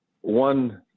One